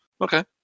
Okay